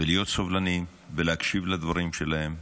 להיות סובלניים ולהקשיב לדברים שלהם.